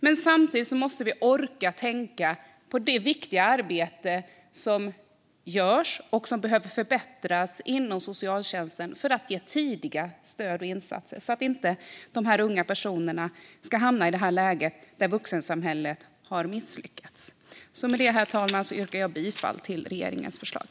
Men vi måste samtidigt orka tänka på det viktiga arbete som görs och som behöver förbättras inom socialtjänsten för att ge stöd och insatser på ett tidigt stadium så att de unga inte hamnar i ett läge där vuxensamhället har misslyckats. Jag yrkar härmed bifall till regeringens förslag.